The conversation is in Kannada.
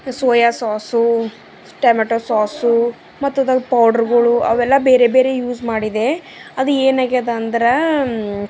ಸೋಯಾ ಸಾಸು ಟಮೆಟೊ ಸಾಸು ಮತ್ತದ್ರಾಗ ಪೌಡ್ರುಗಳು ಅವೆಲ್ಲ ಬೇರೆ ಬೇರೆ ಯೂಸ್ ಮಾಡಿದೆ ಅದು ಏನಾಗ್ಯದ ಅಂದ್ರೆ